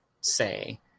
say